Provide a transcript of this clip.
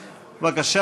בבקשה,